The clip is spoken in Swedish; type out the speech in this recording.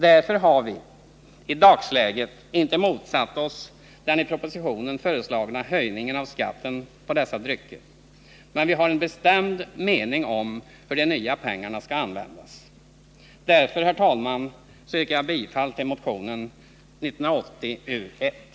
Därför har vi i dagsläget inte motsatt oss den i propositionen föreslagna höjningen av skatten på dessa drycker. Men vi har en bestämd mening om hur de nya pengarna skall användas. Mot denna bakgrund, herr talman, yrkar jag bifall till vpk-motionen 1980 U:1.